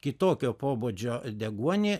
kitokio pobūdžio deguonį